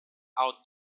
out